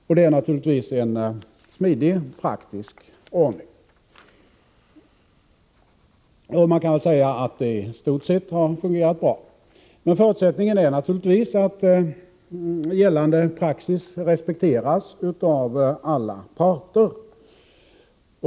Detta är naturligtvis en smidig och praktisk ordning, och man kan väl säga att den i stort sett fungerat bra. Men förutsättningen är naturligtvis att gällande praxis respekteras av alla parter.